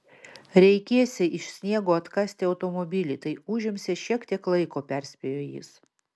reikėsią iš sniego atkasti automobilį tai užimsią šiek tiek laiko perspėjo jis